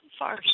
far